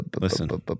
Listen